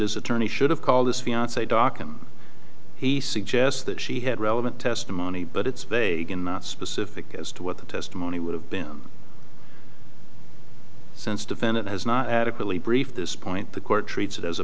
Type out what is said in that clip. his attorney should have called this fiance dock and he suggests that she had relevant testimony but it's vague and not specific as to what the testimony would have been since defendant has not adequately brief this point the court treats it as a